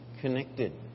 connected